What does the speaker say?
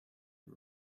and